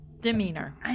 demeanor